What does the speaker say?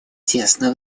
тесно